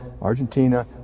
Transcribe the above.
Argentina